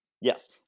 Yes